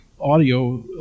audio